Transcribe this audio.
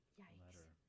letter